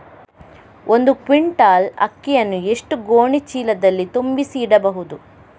ಒಂದು ಕ್ವಿಂಟಾಲ್ ಅಕ್ಕಿಯನ್ನು ಎಷ್ಟು ಗೋಣಿಚೀಲದಲ್ಲಿ ತುಂಬಿಸಿ ಇಡಬಹುದು?